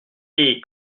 dis